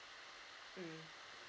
mm